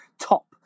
top